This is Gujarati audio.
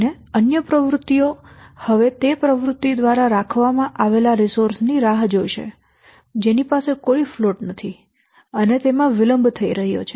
અને અન્ય પ્રવૃત્તિઓ હવે તે પ્રવૃત્તિ દ્વારા રાખવામાં આવેલા રિસોર્સ ની રાહ જોશે જેની પાસે કોઈ ફ્લોટ નથી અને તેમાં વિલંબ થઈ રહ્યો છે